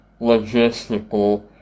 logistical